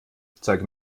zeige